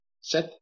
Set